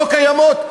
לא קיימות,